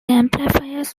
amplifiers